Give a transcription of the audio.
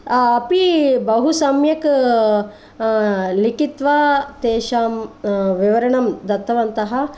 अपि बहु सम्यक् लिखित्वा तेषां विवरणं दत्तवन्तः